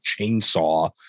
chainsaw